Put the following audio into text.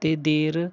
ਅਤੇ ਦੇਰ